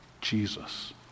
Jesus